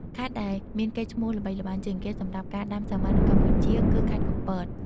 ខេត្តដែលមានកេរ្តិ៍ឈ្មោះល្បីល្បាញជាងគេសម្រាប់ការដាំសាវម៉ាវនៅកម្ពុជាគឺ ខេត្តកំពត។